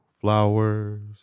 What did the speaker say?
Flowers